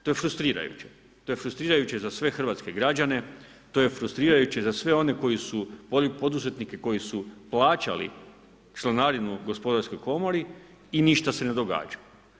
To je frustrirajuće, to je frustrirajuće za sve hrvatske građane, to je frustrirajuće za sve one poduzetnike koji su plaćali članarinu gospodarskoj komori i ništa se ne događa.